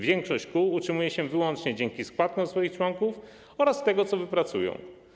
Większość kół utrzymuje się wyłącznie dzięki składkom swoich członków oraz z tego, co wypracują.